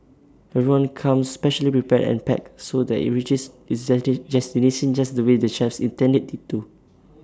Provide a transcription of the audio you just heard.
everyone comes specially prepared and packed so that IT reaches its destination just the way the chefs intend IT to